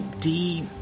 deep